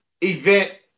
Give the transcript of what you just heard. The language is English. event